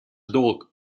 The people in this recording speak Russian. долг